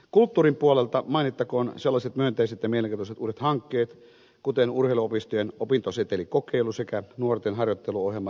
kulttuurin puolelta mainittakoon sellaiset myönteiset ja mielenkiintoiset uudet hankkeet kuin urheiluopistojen opintosetelikokeilu sekä nuorten harjoitteluohjelma liikuntajärjestöissä